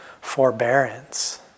forbearance